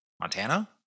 Montana